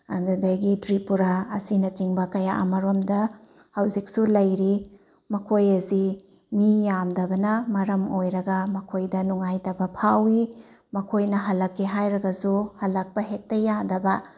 ꯑꯗꯨꯗꯒꯤ ꯇ꯭ꯔꯤꯄꯨꯔꯥ ꯑꯁꯤꯅꯆꯤꯡꯕ ꯀꯌꯥ ꯑꯃꯔꯣꯝꯗ ꯍꯧꯖꯤꯛꯁꯨ ꯂꯩꯔꯤ ꯃꯈꯣꯏ ꯑꯁꯤ ꯃꯤ ꯌꯥꯝꯗꯕꯅ ꯃꯔꯝ ꯑꯣꯏꯔꯒ ꯃꯈꯣꯏꯗ ꯅꯨꯡꯉꯥꯏꯇꯕ ꯐꯥꯎꯏ ꯃꯈꯣꯏꯅ ꯍꯜꯂꯛꯀꯦ ꯍꯥꯏꯔꯒꯁꯨ ꯍꯜꯂꯛꯄ ꯍꯦꯛꯇ ꯌꯥꯗꯕ